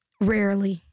Rarely